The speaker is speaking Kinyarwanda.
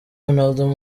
ronaldo